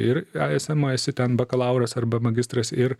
ir aiesemo esi ten bakalauras arba magistras ir